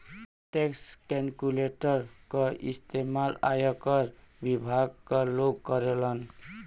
tax calculator क इस्तेमाल आयकर विभाग क लोग करलन